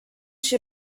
się